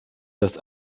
das